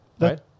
Right